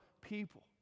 people